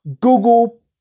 google